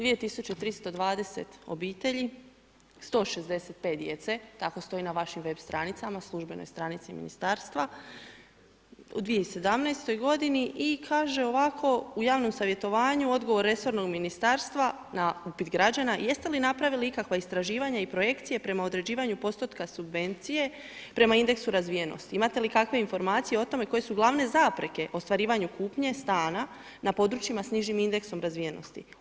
2320 obitelji, 165 djece tako stoji na vašim web stranicama, službenoj stranici ministarstva u 2017. godini i kaže ovako u javnom savjetovanju odgovor resornog ministarstva na upit građana, jeste li napravili ikakva istraživanja i projekcije prema određivanju postotka subvencije prema indeksu razvijenosti, imate li kakve informacije o tome, koje su glavne zapreke ostvarivanju kupnje stanja na područjima s nižim indeksom razvijenosti.